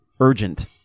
urgent